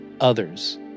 others